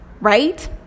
Right